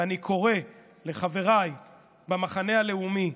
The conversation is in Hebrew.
אני קורא לחבריי במחנה הלאומי: